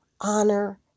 honor